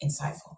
insightful